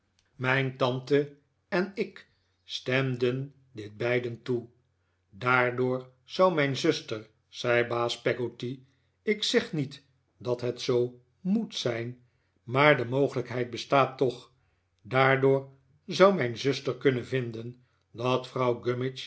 mijn tante en ik stemden dit beiden toe daardoor zou mijn zuster zei baas peggotty ik zeg niet dat het zoo moet zijn maar de mogelijkheid bestaat toch daardoor zou mijn zuster kunnen vinden dat vrouw